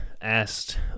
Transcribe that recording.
asked